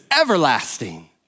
everlasting